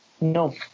no